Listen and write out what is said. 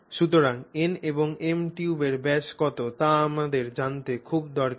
সুতরাং n এবং m টিউবের ব্যাস কত তা আমাদের জানতে খুব দরকারী